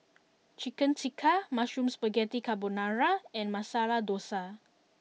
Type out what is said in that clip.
Chicken Tikka Mushroom Spaghetti Carbonara and Masala Dosa